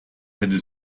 hätte